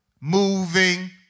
moving